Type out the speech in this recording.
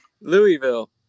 louisville